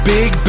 Big